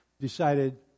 decided